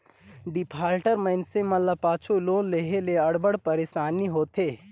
defaulter मइनसे ल पाछू लोन लेहे ले अब्बड़ पइरसानी होथे